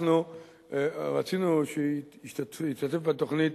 אנחנו רצינו שישתתף בתוכנית